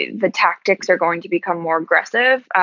the tactics are going to become more aggressive.